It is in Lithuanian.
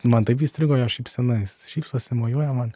man taip įstrigo jo šypsena jis šypsosi mojuoja man